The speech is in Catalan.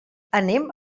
anem